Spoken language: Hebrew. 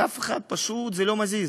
לאף אחד זה לא מזיז.